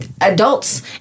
adults